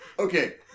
Okay